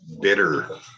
bitter